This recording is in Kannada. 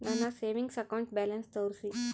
ನನ್ನ ಸೇವಿಂಗ್ಸ್ ಅಕೌಂಟ್ ಬ್ಯಾಲೆನ್ಸ್ ತೋರಿಸಿ?